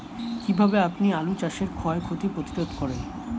কীভাবে আপনি আলু চাষের ক্ষয় ক্ষতি প্রতিরোধ করেন?